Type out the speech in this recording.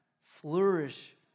flourish